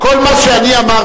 לא, לא, לא, לא, לא, חס וחלילה.